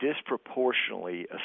disproportionately